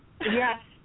Yes